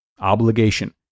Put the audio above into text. obligation